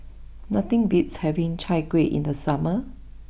nothing beats having Chai Kueh in the summer